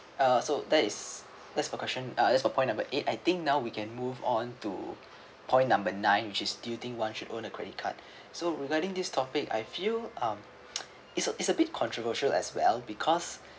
uh so that is that's for question uh that's for point number eight I think now we can move on to point number nine which is do you think one should own a credit card so regarding this topic I feel um it's a it's a bit controversial as well because